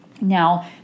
Now